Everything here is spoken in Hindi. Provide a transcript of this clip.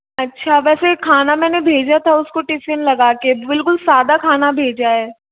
अच्छा वैसे खाना मैंने भेजा था उसको टिफिन लगाके बिल्कुल सादा खाना भेजा है